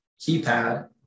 keypad